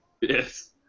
Yes